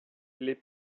les